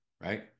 right